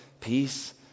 peace